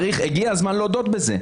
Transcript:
הגיע הזמן להודות בכך.